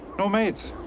no mates.